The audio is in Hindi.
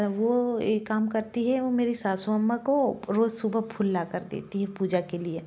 वो एक काम करती है वो मेरी सासू अम्मा को रोज सुबह फूल लाकर देती है पूजा के लिए